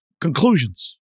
conclusions